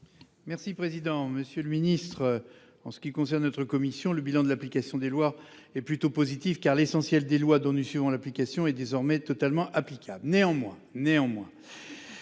Merci président, Monsieur le Ministre. En ce qui concerne notre commission le bilan de l'application des lois est plutôt positif, car l'essentiel des lois d'ONU-Sida suivant l'application est désormais totalement applicable néanmoins néanmoins.